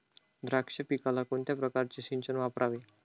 द्राक्ष पिकाला कोणत्या प्रकारचे सिंचन वापरावे?